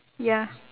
ya